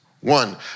One